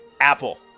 Apple